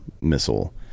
missile